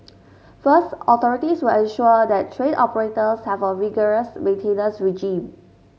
first authorities will ensure that train operators have a rigorous maintenance regime